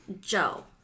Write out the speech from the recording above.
Joe